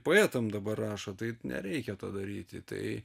poetam dabar rašo tai nereikia to daryti tai